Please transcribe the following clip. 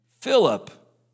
Philip